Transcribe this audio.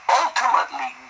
ultimately